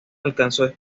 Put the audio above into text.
alcanzó